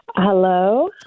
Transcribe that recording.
Hello